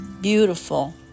beautiful